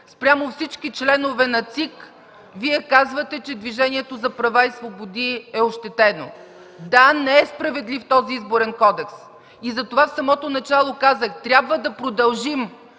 спрямо всички членове на ЦИК, Вие казвате, че Движението за права и свободи е ощетено?! Да, не е справедлив този Изборен кодекс! И затова в самото начало казах: „Трябва да продължим,